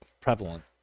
prevalent